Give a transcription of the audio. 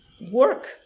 work